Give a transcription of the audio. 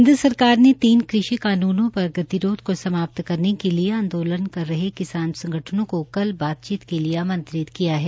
केन्द्र सरकार ने तीन कृषि कानूनों पर गतिरोध को समाप्त करने के लिए आंदोलन कर रहे किसानों संगठनों को कल बातचीत के लिए आंमत्रित किया है